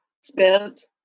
spent